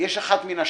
ויש אחת מן השתיים: